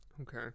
Okay